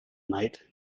knight